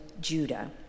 Judah